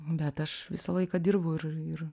bet aš visą laiką dirbau ir ir